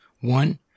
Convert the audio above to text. One